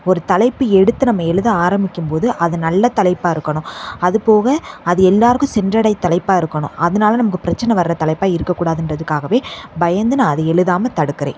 ஒரு தலைப்பு எடுத்து நம்ம எழுத ஆரம்பிக்கும்போது அது நல்ல தலைப்பாக இருக்கணும் அதுபோக அது எல்லோருக்கும் சென்றடைற தலைப்பாக இருக்கணும் அதனால நமக்கு பிரச்சனை வர்ற தலைப்பாக இருக்கக்கூடாதுன்றதுக்காகவே பயந்து நான் அதை எழுதாமல் தடுக்கிறேன்